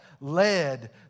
led